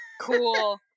Cool